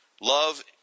Love